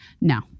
No